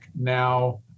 now